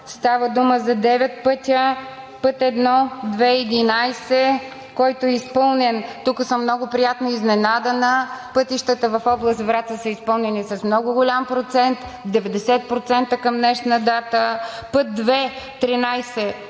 Става дума за девет пътя: път I, II-11, който е изпълнен – тук съм много приятно изненадана, пътищата в област Враца са изпълнени с много голям процент – 90%, към днешна дата. Път II-13